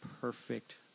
perfect